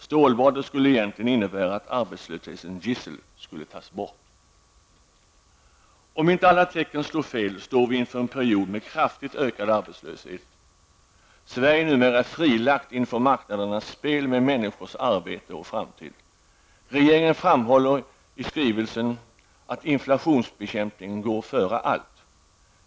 Stålbadet innebär egentligen att arbetslöshetens gissel skulle tas bort. Om inte alla tecken slår fel, står vi inför en period med kraftigt ökad arbetslöshet. Sverige är numera frilagt inför marknadernas spel med människors arbete och framtid. Regeringen framhåller i skrivelsen att inflationsbekämpningen går före allt annat.